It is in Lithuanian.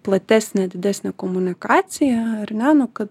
platesnę didesnę komunikaciją ar ne nu kad